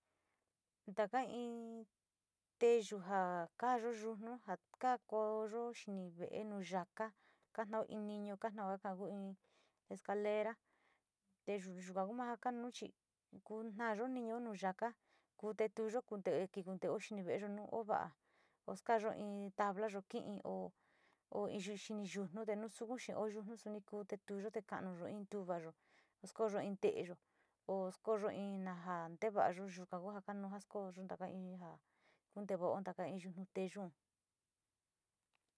Ndaka iin te yuu nga ka nununo nja kakoyo njini vée nuu yaka yanuu ñiño kanuu vée ka'a uu iin escalera té yuyuka nomaka nuchí ngunayo niño nuu yaka kute tuyuu kunde kikon ndenuveyó, no'o ova'á oxka iin tabla nguu kii ho iin iin yuu xhini, yuu nuu ndexuxhé ho yuu ne kute tuu xhio nikanduu iin tuu kuayó, oxkoyo iin teyó oxkoyo iná an tenguayuu yuu kanguá ko'ó ndakaian unte nguó untaka iin yuu nuté yuon.